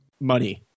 Money